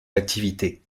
activités